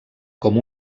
com